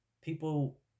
People